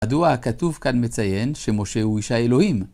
מדוע הכתוב כאן מציין, שמשה הוא איש האלוהים.